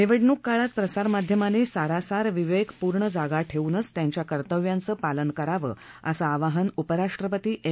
निवडणूक काळात प्रसारमाध्यमांनी सारासार विवेक पूर्ण जागा ठेवूनच त्यांच्या कर्तव्याचं पालन करावं असं आवाहन उपराष्ट्रपती एम